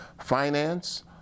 finance